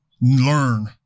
learn